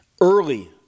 early